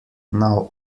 now